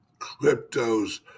cryptos